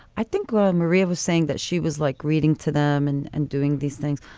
i think maria was saying that she was like reading to them and and doing these things.